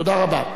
תודה רבה.